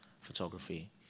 photography